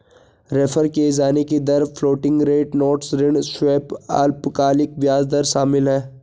refer किये जाने की दर फ्लोटिंग रेट नोट्स ऋण स्वैप अल्पकालिक ब्याज दर शामिल है